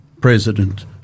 President